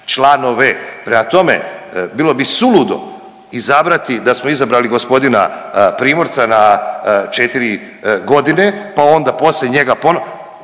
prema tome bilo bi suludo izabrati, da smo izabrali g. Primorca na 4.g., pa onda poslije njega pono…,